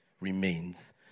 remains